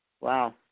Wow